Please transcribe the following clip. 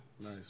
nice